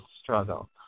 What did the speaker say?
struggle